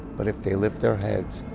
but if they lift their heads,